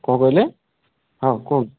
କଣ କହିଲେ ହଁ କୁହନ୍ତୁ